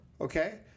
Okay